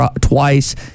twice